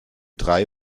drei